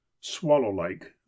swallow-like